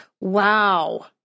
wow